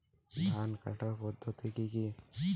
ধান কাটার পদ্ধতি কি কি?